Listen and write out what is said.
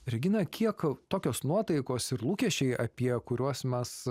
regina kiek a tokios nuotaikos ir lūkesčiai apie kuriuos mes